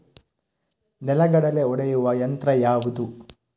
ನೆಲಗಡಲೆ ಒಡೆಯುವ ಯಂತ್ರ ಯಾವುದು?